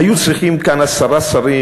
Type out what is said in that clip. היו צריכים כאן עשרה שרים,